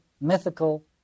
mythical